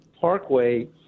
Parkway